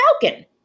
falcon